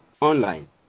online